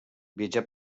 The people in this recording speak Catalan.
viatjà